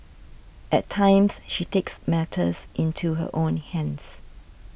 at times she takes matters into her own hands